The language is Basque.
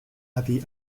adi